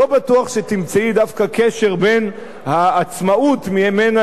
לא בטוח שתמצאי דווקא קשר בין העצמאות שממנה